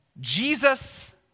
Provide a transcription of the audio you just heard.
Jesus